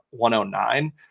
109